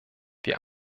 wir